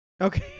Okay